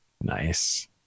nice